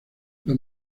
los